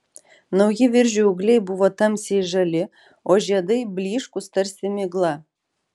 nauji viržių ūgliai buvo tamsiai žali o žiedai blyškūs tarsi migla